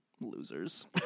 Losers